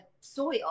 soil